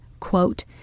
Quote